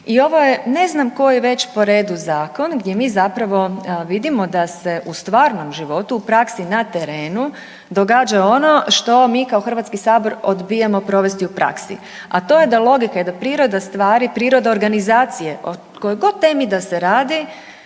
I ovo je ne znam koji već po redu zakon gdje mi zapravo vidimo da se u stvarnom životu, u praksi na terenu događa ono što mi kao Hrvatski sabor odbijamo provesti u praksi. A to je da logika i da priroda stvari, priroda organizacije o kojoj god temi da se radi